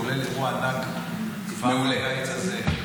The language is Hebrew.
כולל אירוע ענק כבר בקיץ הזה.